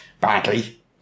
badly